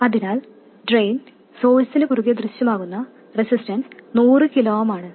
അതിനാൽ ഡ്രെയിൻ സോഴ്സിനു കുറുകേ ദൃശ്യമാകുന്ന റെസിസ്റ്റൻസ് 100 കിലോ ഓം ആണ്